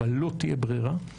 אבל לא תהיה ברירה.